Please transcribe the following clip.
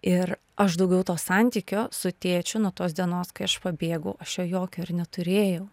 ir aš daugiau to santykio su tėčiu nuo tos dienos kai aš pabėgau aš jo jokio ir neturėjau